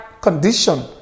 condition